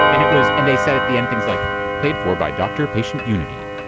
and it was and they said at the end, things like paid for by doctor patient unity.